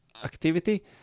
activity